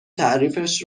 تعریفش